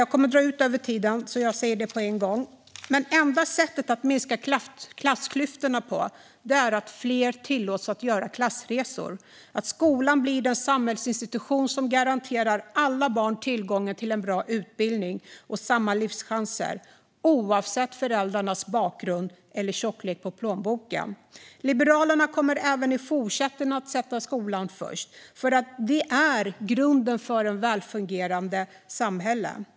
Jag kommer att dra över min anmälda talartid; jag säger det på en gång. Det enda sättet att minska klassklyftorna är att fler tillåts göra klassresor - att skolan blir den samhällsinstitution som garanterar alla barn tillgång till en bra utbildning och samma livschanser oavsett föräldrarnas bakgrund eller tjocklek på plånboken. Liberalerna kommer även i fortsättningen att sätta skolan först, för det är grunden för ett välfungerande samhälle.